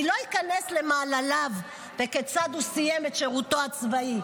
אני לא אכנס למעלליו וכיצד הוא סיים את שירותו הצבאי.